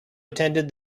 attended